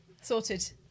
Sorted